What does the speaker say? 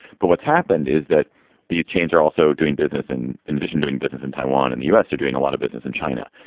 but what's happened is that these chains are also doing business and in addition, doing business in taiwan and the u s. are doing a lot of business in china.